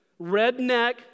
redneck